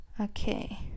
Okay